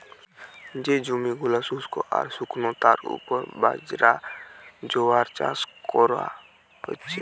যে জমি গুলা শুস্ক আর শুকনো তার উপর বাজরা, জোয়ার চাষ কোরা হচ্ছে